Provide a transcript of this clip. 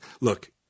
look